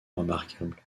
remarquable